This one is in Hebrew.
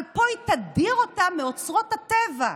אבל פה היא תדיר אותן מאוצרות הטבע,